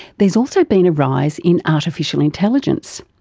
there's also been a rise in artificial intelligence.